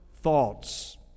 thoughts